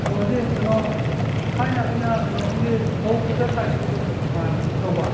ꯑꯣ ꯁꯤ ꯀꯩꯅꯣ ꯊꯥꯏꯅ ꯑꯩꯅ ꯀꯩꯅꯣ ꯑꯩꯒꯤ ꯐꯧ ꯈꯤꯇ ꯇꯥꯏꯖꯒꯦ ꯇꯧꯖꯕ ꯇꯧꯕ